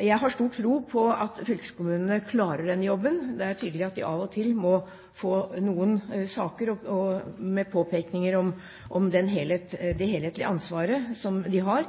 Jeg har stor tro på at fylkeskommunene klarer denne jobben. Det er tydelig at de av og til må få noen saker med påpekninger om det helhetlige ansvaret som de har.